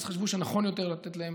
אז חשבו שנכון יותר לתת להם